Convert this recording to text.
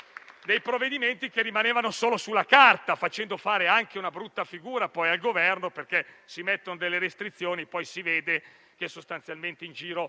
dei provvedimenti che rimanessero solo sulla carta, facendo fare poi anche una brutta figura al Governo perché, mentre si mettono delle restrizioni, si vede che sostanzialmente in giro